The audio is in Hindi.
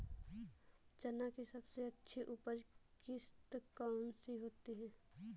चना की सबसे अच्छी उपज किश्त कौन सी होती है?